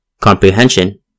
comprehension